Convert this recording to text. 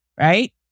Right